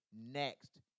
next